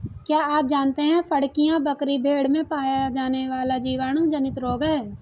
क्या आप जानते है फड़कियां, बकरी व भेड़ में पाया जाने वाला जीवाणु जनित रोग है?